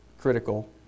critical